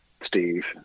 Steve